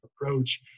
approach